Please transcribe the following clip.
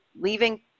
leaving